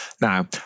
Now